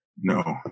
No